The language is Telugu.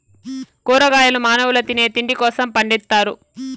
కూరగాయలు మానవుల తినే తిండి కోసం పండిత్తారు